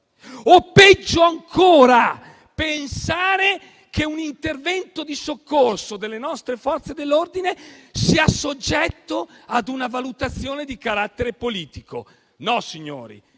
O, peggio ancora, pensare che un intervento di soccorso delle nostre Forze dell'ordine sia soggetto a una valutazione di carattere politico: no, signori,